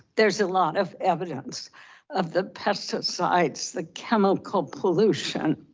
there's a lot of evidence of the pesticides, the chemical pollution,